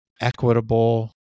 equitable